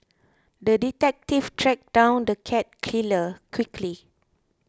the detective tracked down the cat killer quickly